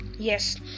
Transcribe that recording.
Yes